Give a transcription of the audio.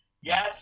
Yes